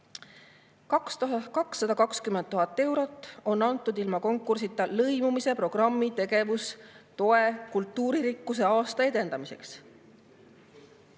220 000 eurot on antud ilma konkursita lõimumisprogrammi tegevustoe kultuuririkkuse aasta edendamiseks.